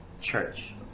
church